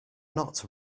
not